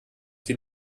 die